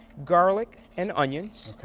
garlic and onions.